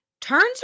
turns